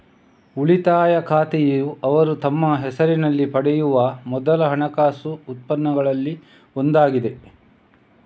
ಉಳಿತಾಯ ಖಾತೆಯುಅವರು ತಮ್ಮ ಹೆಸರಿನಲ್ಲಿ ಪಡೆಯುವ ಮೊದಲ ಹಣಕಾಸು ಉತ್ಪನ್ನಗಳಲ್ಲಿ ಒಂದಾಗಿದೆ